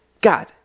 God